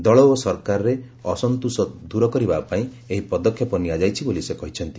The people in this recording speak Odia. ଦଳ ଓ ସରକାରରେ ଅସନ୍ତୋଷ ଦୂର କରିବା ପାଇଁ ଏହି ପଦକ୍ଷେପ ନିଆଯାଇଛି ବୋଲି ସେ କହିଛନ୍ତି